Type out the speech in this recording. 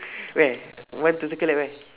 where want to circle at where